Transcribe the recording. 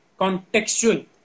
contextual